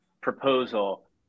proposal